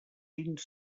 fins